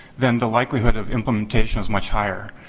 then the likelihood of implementation was much higher.